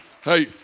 hey